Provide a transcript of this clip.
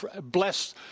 bless